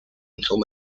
until